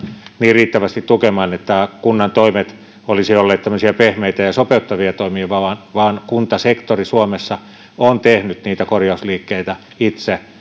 niin riittävästi tukemaan että kunnan toimet olisivat olleet tämmöisiä pehmeitä ja sopeuttavia toimia vaan kuntasektori suomessa on tehnyt niitä korjausliikkeitä itse